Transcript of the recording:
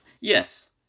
Yes